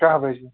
کَہہ بَجہِ